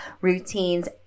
routines